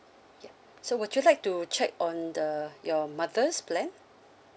ya so would you like to check on the your mother's plan